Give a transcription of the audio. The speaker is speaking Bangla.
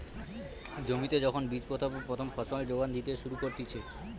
জমিতে যখন বীজ পোতার পর প্রথম ফসল যোগান দিতে শুরু করতিছে